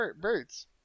Birds